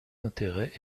d’intérêts